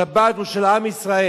שבת היא של עם ישראל,